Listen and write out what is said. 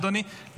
אדוני,